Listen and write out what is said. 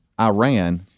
Iran